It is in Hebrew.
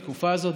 בתקופה הזאת,